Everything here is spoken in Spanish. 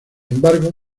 embargo